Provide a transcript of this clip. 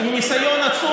אני לא רוצה